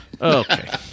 Okay